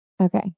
okay